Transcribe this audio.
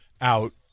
out